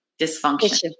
dysfunction